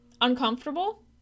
Uncomfortable